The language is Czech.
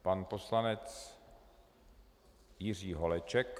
Pan poslanec Jiří Holeček.